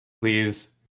please